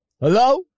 Hello